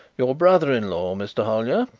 your brother-in-law, mr. hollyer,